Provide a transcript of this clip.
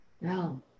No